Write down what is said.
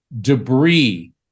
debris